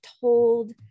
told